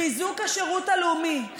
חיזוק השירות הלאומי,